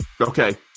okay